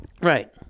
right